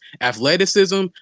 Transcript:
athleticism